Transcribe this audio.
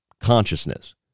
consciousness